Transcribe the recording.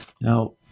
Now